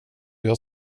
jag